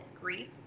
grief